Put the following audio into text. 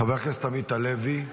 חבר הכנסת עמית הלוי.